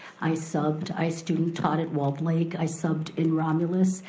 i subbed, i student taught at walled lake, i subbed in romulus,